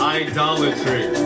idolatry